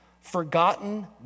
forgotten